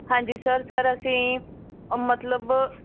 ਹਾਂਜੀ sir sir ਅਸੀਂ ਮਤਲਬ